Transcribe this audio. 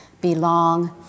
belong